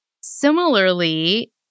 Similarly